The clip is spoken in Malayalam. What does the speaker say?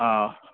ആ